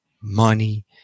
money